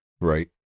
right